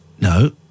No